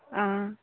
आं